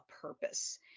purpose